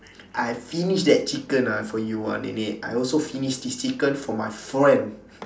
I finish that chicken ah for you ah nenek I also finish this chicken for my friend